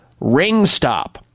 Ringstop